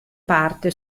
parte